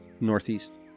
Northeast